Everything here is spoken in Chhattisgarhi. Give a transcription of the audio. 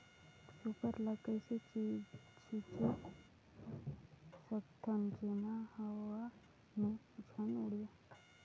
सुपर ल कइसे छीचे सकथन जेमा हवा मे झन उड़े?